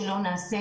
שלא נעשית.